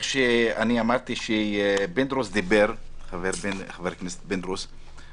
כמו שאמרתי כשחבר הכנסת פינדרוס דיבר,